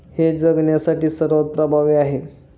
हे जगण्यासाठी सर्वात प्रभावी आहे